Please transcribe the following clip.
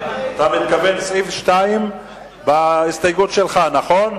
אתה מתכוון לסעיף 2 בהסתייגות שלך, נכון?